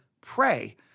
pray